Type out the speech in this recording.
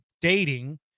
dating